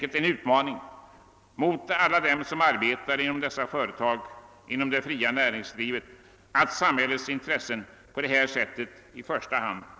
Det är en utmaning mot alla som arbetar i det fria näringslivet att samhällets intressen alltid tillgodoses i första hand.